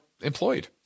employed